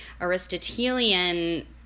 Aristotelian